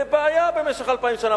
זה בעיה במשך אלפיים שנה,